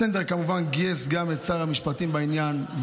סנדר כמובן גייס גם את שר המשפטים לעניין,